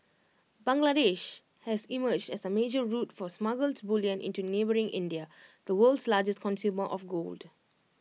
Bangladesh has emerged as A major route for smuggled bullion into neighbouring India the world's largest consumer of gold